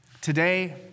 Today